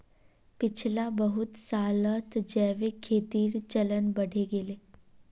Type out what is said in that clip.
पिछला बहुत सालत जैविक खेतीर चलन बढ़े गेले